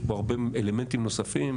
יש בו הרבה אלמנטים נוספים.